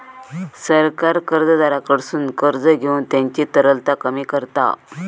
सरकार कर्जदाराकडसून कर्ज घेऊन त्यांची तरलता कमी करता